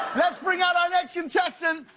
let's bring out our next contestant!